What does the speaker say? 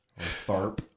Tharp